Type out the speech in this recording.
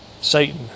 Satan